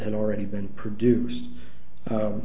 had already been produced